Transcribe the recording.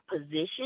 position